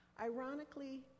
Ironically